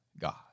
God